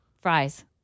fries